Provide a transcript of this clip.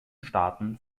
staaten